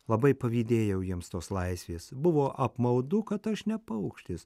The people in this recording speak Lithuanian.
labai pavydėjau jiems tos laisvės buvo apmaudu kad aš ne paukštis